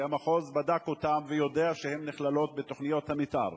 המחוז בדק אותן ויודע שהן נכללות בתוכניות המיתאר.